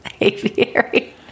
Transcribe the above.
Aviary